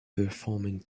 performing